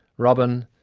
robyn,